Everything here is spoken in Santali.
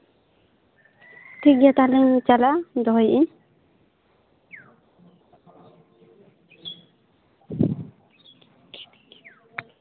ᱴᱷᱤᱠᱜᱮᱭᱟ ᱛᱟᱦᱞᱮᱧ ᱪᱟᱞᱟᱜᱼᱟ ᱫᱚᱦᱚᱭᱮᱜᱼᱟ